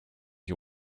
you